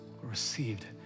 received